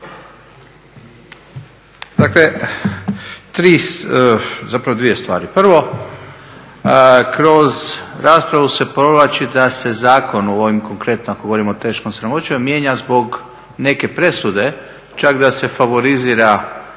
Dakle dvije stvari. Prvo, kroz raspravu se provlači da se zakon, u ovim konkretno ako govorim o teškom sramoćenju, mijenja zbog neke presude, čak da se favoriziraju